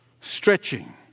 stretching